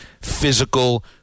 physical